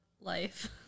life